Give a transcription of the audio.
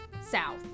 South